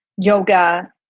yoga